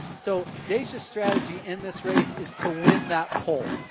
so daysha's strategy in this race is to win that pole.